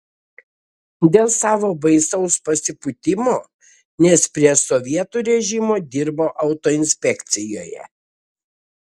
dėl savo baisaus pasipūtimo nes prie sovietų režimo dirbo autoinspekcijoje